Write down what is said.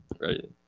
Right